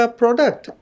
product